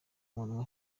nk’umuntu